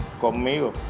conmigo